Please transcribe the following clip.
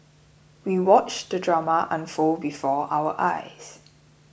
we watched the drama unfold before our eyes